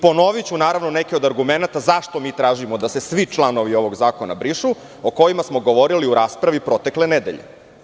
Ponoviću neke od argumenata zašto mi tražimo da se svi članovi ovog zakona brišu o kojima smo govorili u raspravi protekle nedelje.